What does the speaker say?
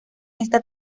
esta